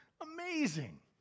amazing